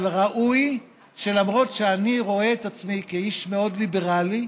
אבל ראוי שלמרות שאני רואה את עצמי כאיש מאוד ליברלי,